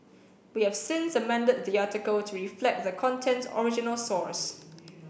we have since amended the article to reflect the content's original source